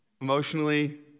emotionally